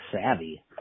savvy